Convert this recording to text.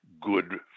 good